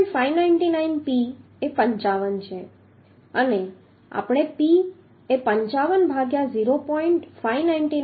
599P એ 55 છે અને આપણે P એ 55 ભાગ્યા 0